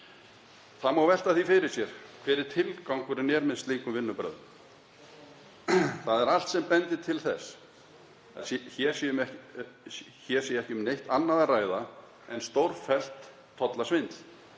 Það má velta því fyrir sér hver tilgangurinn er með slíkum vinnubrögðum. Það er allt sem bendir til þess að hér sé ekki um neitt annað að ræða en stórfellt tollasvindl.